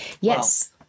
Yes